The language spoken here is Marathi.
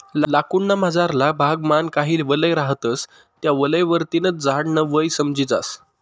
लाकूड ना मझारना भाग मान काही वलय रहातस त्या वलय वरतीन च झाड न वय समजी जास